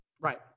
right